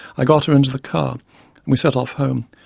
i got her into the car and we set off home.